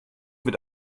wird